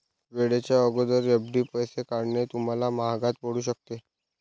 वेळेच्या अगोदर एफ.डी पैसे काढणे तुम्हाला महागात पडू शकते